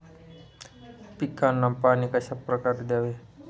पिकांना पाणी कशाप्रकारे द्यावे?